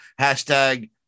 hashtag